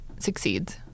succeeds